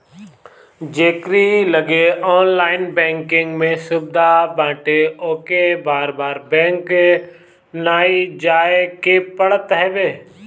जेकरी लगे online banking के सुविधा बाटे ओके बार बार बैंक नाइ जाए के पड़त हवे